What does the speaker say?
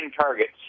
targets